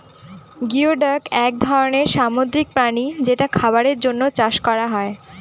geoduck এক ধরনের সামুদ্রিক প্রাণী যেটা খাবারের জন্য চাষ করা হয়